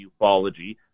ufology